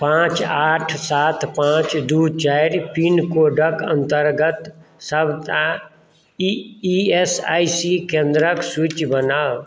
पाॅंच आठ सात पाॅंच दू चारि पिनकोडक अंतर्गत सबटा ई एस आई सी केंद्रक सूची बनाउ